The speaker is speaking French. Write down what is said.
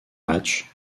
matchs